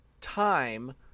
Time